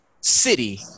city